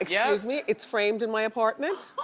yeah me, it's framed in my apartment.